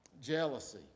Jealousy